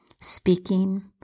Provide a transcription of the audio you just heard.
speaking